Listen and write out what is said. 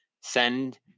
send